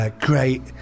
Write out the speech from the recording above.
great